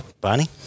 Barney